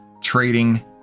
trading